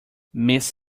miss